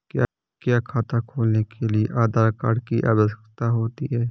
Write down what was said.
क्या खाता खोलने के लिए आधार कार्ड की आवश्यकता होती है?